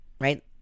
right